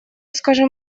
скажем